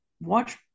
watch